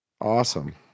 Awesome